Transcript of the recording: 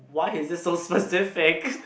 why is it so specific